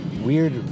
weird